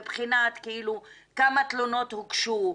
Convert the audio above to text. מבחינת כמה תלונות הוגשו,